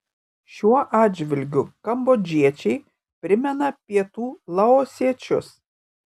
šiuo atžvilgiu kambodžiečiai primena pietų laosiečius